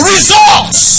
Results